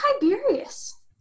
Tiberius